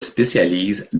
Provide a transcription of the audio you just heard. spécialise